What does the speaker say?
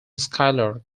skylark